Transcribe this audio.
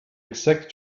exact